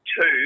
two